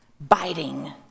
biting